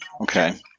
Okay